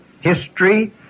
history